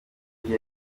gihe